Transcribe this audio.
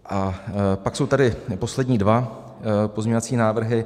A pak jsou tady poslední dva pozměňovací návrhy.